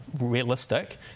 realistic